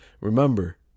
Remember